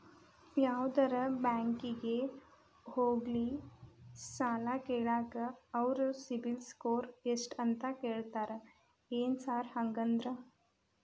ಯಾವದರಾ ಬ್ಯಾಂಕಿಗೆ ಹೋಗ್ಲಿ ಸಾಲ ಕೇಳಾಕ ಅವ್ರ್ ಸಿಬಿಲ್ ಸ್ಕೋರ್ ಎಷ್ಟ ಅಂತಾ ಕೇಳ್ತಾರ ಏನ್ ಸಾರ್ ಹಂಗಂದ್ರ?